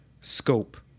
scope